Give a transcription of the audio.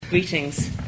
Greetings